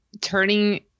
turning